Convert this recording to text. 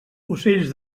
ocells